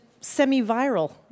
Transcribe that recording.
semi-viral